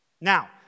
Now